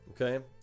Okay